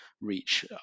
reach